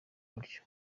buryo